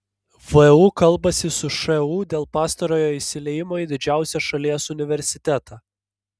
vu kalbasi su šu dėl pastarojo įsiliejimo į didžiausią šalies universitetą